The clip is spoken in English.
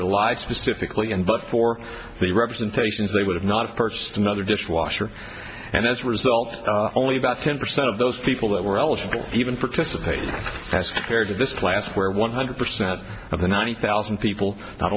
relied specifically and but for the representations they would have not purchased another dishwasher and as a result only about ten percent of those people that were eligible even participated as fair to this class where one hundred percent of the ninety thousand people not